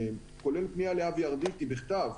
כולל פנייה לאבי ארדיטי בכתב,